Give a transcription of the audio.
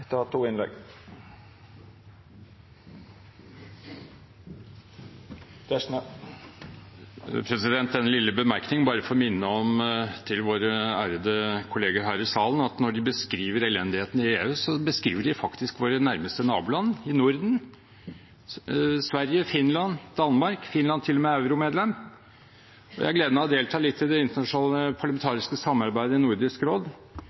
Tetzschner har hatt ordet to gonger tidlegare i debatten og får ordet til ein kort merknad, avgrensa til 1 minutt. Denne lille bemerkning er bare for å minne våre ærede kolleger her i salen om at de, når de beskriver elendigheten i EU, faktisk beskriver våre nærmeste naboland i Norden: Sverige, Finland, Danmark – Finland er til og med euromedlem. Jeg har hatt gleden av å delta litt